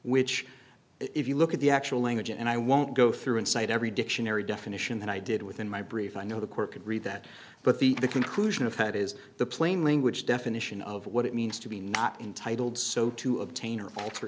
which if you look at the actual language and i won't go through and cite every dictionary definition that i did within my brief i know the court could read that but the conclusion of that is the plain language definition of what it means to be not entitled so to obtain or